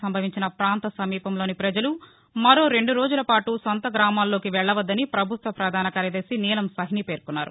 సంభవించిన పాంత సమీపంలోని పజలు మరో రెండు రోజుల పాటు సొంత గామల్లోకి వెళ్లొద్దని పభుత్వ పధాన కార్యదర్శి నీలం సాహ్ని పేర్కొన్నారు